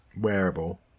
wearable